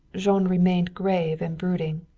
jean remained grave and brooding.